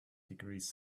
degrees